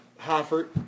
Hoffert